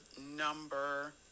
number